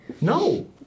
No